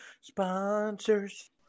Sponsors